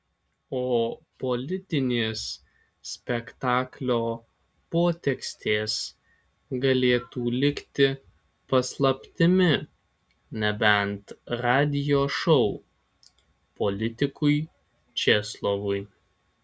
o politinės spektaklio potekstės galėtų likti paslaptimi nebent radijo šou politikui česlovui